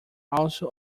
also